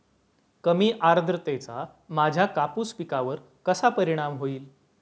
कमी आर्द्रतेचा माझ्या कापूस पिकावर कसा परिणाम होईल?